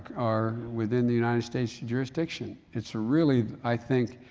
are within the united states jurisdiction. it's a really, i think,